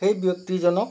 সেই ব্যক্তিজনক